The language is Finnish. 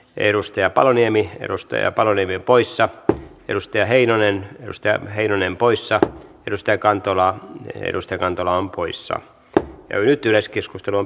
edustaja alaniemi perustaja paroni vie poissa peruste heinonen noste heinonen poissa pelistä kantola edusti kantanaan poissa on ei jatkunut